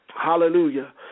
Hallelujah